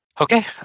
Okay